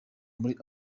muri